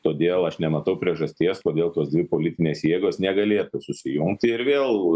todėl aš nematau priežasties kodėl tos dvi politinės jėgos negalėtų susijungti ir vėl